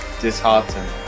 disheartened